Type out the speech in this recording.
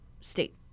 state